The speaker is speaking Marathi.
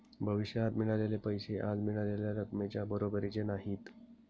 भविष्यात मिळालेले पैसे आज मिळालेल्या रकमेच्या बरोबरीचे नाहीत